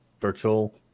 virtual